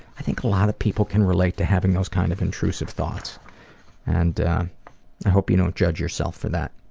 i think a lot of people can relate to having those kind of intrusive thoughts and i hope you don't judge yourself for that.